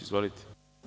Izvolite.